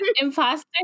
Imposter